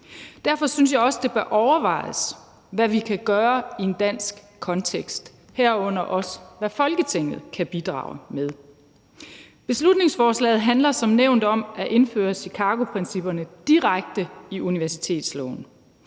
Derfor synes jeg også, det bør overvejes, hvad vi kan gøre i en dansk kontekst, herunder også, hvad Folketinget kan bidrage med. Beslutningsforslaget handler som nævnt om at indføre Chicagoprincipperne direkte i universitetsloven.